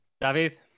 David